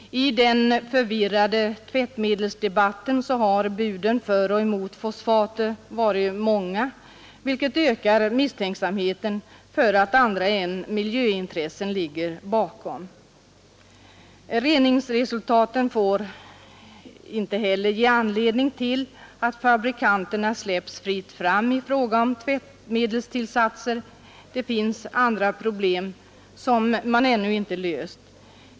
I den förvirrade tvättmedelsdebatten har buden för och emot fosfater varit många, vilket ökar misstanken om att andra än miljöintressen ligger bakom. Reningsresultaten får inte heller ge anledning till att fabrikanterna släpps fram fritt i fråga om tvättmedelstillsatser. Det finns andra problem som ännu inte lösts.